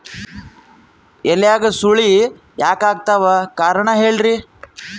ಎಲ್ಯಾಗ ಸುಳಿ ಯಾಕಾತ್ತಾವ ಕಾರಣ ಹೇಳ್ರಿ?